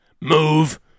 move